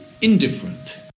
indifferent